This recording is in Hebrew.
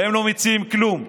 והם לא מציעים כלום.